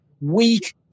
weak